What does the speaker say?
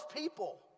people